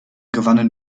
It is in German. gewannen